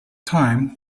time